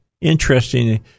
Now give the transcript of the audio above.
interesting